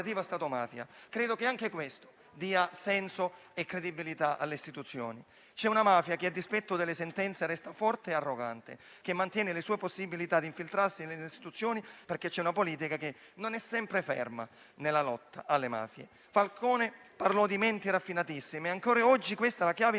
Stato-mafia. Credo che anche questo dia senso e credibilità alle istituzioni. C'è una mafia che, a dispetto delle sentenze, resta forte e arrogante, che mantiene le sue possibilità di infiltrarsi nelle istituzioni, perché la politica non è sempre ferma nella lotta alle mafie. Falcone parlò di menti raffinatissime e ancora oggi questa è la chiave